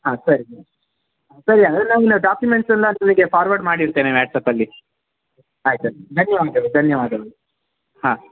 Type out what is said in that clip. ಹಾಂ ಸರಿ ಸರ್ ಸರಿ ಹಂಗಾದ್ರೆ ನಾವು ಡಾಕ್ಯುಮೆಂಟ್ಸ್ ಎಲ್ಲ ನಿಮಗೆ ಫಾರ್ವರ್ಡ್ ಮಾಡಿ ಇರ್ತೇನೆ ವ್ಯಾಟ್ಸಪ್ಪಲ್ಲಿ ಆಯ್ತು ಧನ್ಯವಾದಗಳು ಧನ್ಯವಾದಗಳು ಹಾಂ